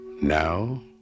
Now